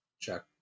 Check